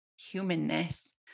humanness